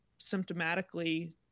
symptomatically